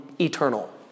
eternal